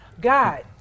God